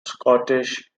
scottish